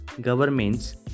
governments